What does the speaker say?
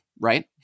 right